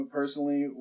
personally